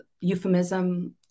euphemism